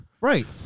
right